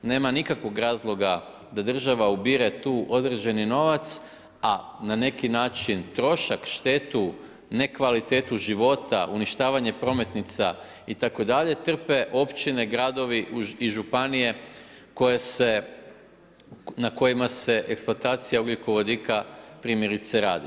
Nema nikakvog razloga da država ubire tu određeni novac, a na neki način trošak, štetu, nekvalitetu života, uništavanje prometnica itd. trpe općine, gradovi i županije koje se na kojima se eksploatacija ugljikovodika primjerice radi.